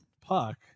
Puck